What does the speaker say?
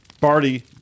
Barty